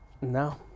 No